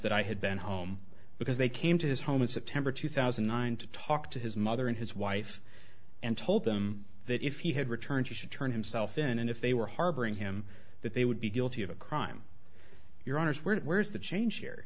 that i had been home because they came to his home in september two thousand and nine to talk to his mother and his wife and told them that if he had returned he should turn himself in and if they were harboring him that they would be guilty of a crime your honour's were to change here